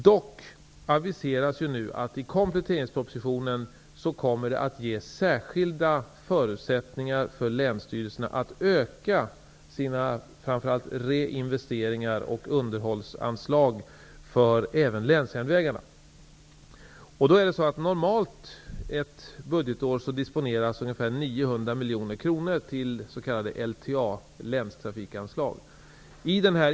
Dock aviseras nu att i kompletteringspropositionen kommer särskilda förutsättningar ges för länsstyrelserna att öka sina reinvesteringar och underhållsanslag även för länsjärnvägarna.